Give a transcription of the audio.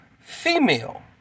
female